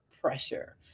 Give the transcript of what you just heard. pressure